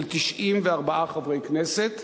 של 94 חברי כנסת,